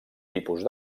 tipus